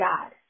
God